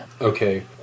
okay